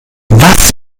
was